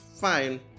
fine